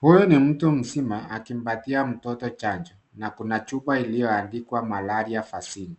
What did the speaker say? Huyu ni mtu mzima akimpatia mtoto chanjo na kuna chupa iliyoandikwa malaria Vaccine .